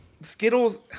Skittles